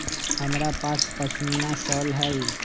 हमरा पास पशमीना शॉल हई